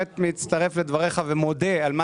אני באמת מצטרף לדבריך ומודה על מה